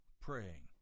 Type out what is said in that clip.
praying